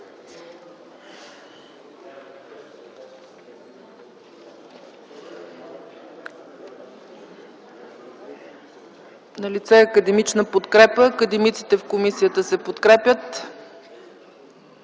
Налице е академична подкрепа, академиците в комисията се подкрепят.